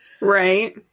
Right